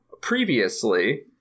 previously –